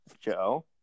Joe